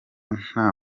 nta